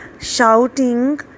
shouting